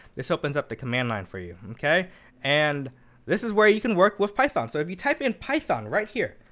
this opens up the command line for you. and this is where you can work with python. so if you type in python right here,